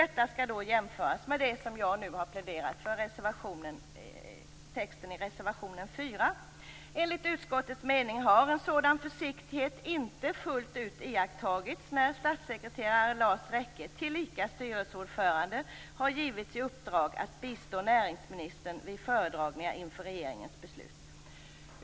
Detta skall jämföras med det som jag nu pläderat för, dvs. texten i reservationen 4: "Enligt utskottets mening har en sådan försiktighet inte fullt ut iakttagits när statssekreterare Lars Rekke, tillika styrelseordförande -, har givits i uppdrag att bistå näringsministern vid föredragningen inför regeringens beslut.